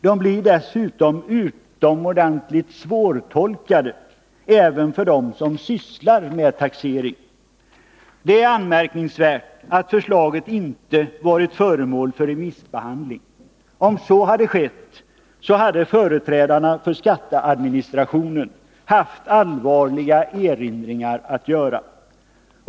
De blir dessutom utomordentligt svårtolkade, även för dem som sysslar med taxering. Det är anmärkningsvärt att förslaget inte varit föremål för remissbehandling. Om så skett, hade företrädarna för skatteadministrationen haft allvarliga erinringar att anföra.